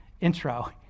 intro